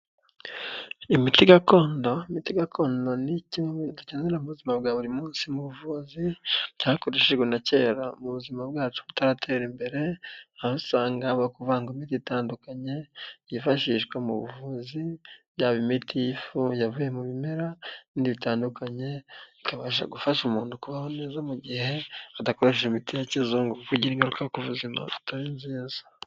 Imiti gakondo, imiti gakondo ni imiti dukenera mu buzima bwa buri munsi, mu buvuzi byakoreshejwe na kera mu buzima bwacu butaratera imbere, aho usanga bavanganmo imiti itandukanye, byifashishwa mu buvuzi bya imiti yavuye mu bimera bitandukanye, bikabasha gufasha umuntu kubaho neza mu gihe adakoresha imiti ya kizungu, bigira ingaruka ku buzima zitari nziza.